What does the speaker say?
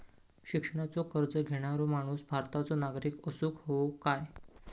शिक्षणाचो कर्ज घेणारो माणूस भारताचो नागरिक असूक हवो काय?